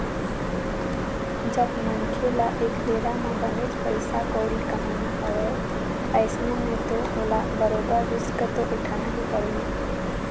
जब मनखे ल एक बेरा म बनेच पइसा कउड़ी कमाना हवय अइसन म तो ओला बरोबर रिस्क तो उठाना ही परही